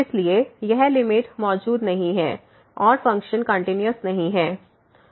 इसलिए यह लिमिट मौजूद नहीं है और फ़ंक्शन कंटिन्यूस नहीं है